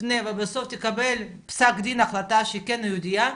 היא תפנה ובסוף היא תקבל פסק דין החלטה שהיא כן יהודייה,